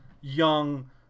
young